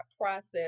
process